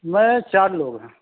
میں چار لوگ ہیں